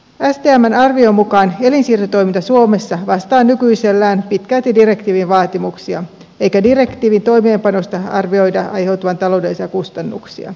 stmn arvion mukaan elinsiirtotoiminta suomessa vastaa nykyisellään pitkälti direktiivin vaatimuksia eikä direktiivin toimeenpanosta arvioida aiheutuvan taloudellisia kustannuksia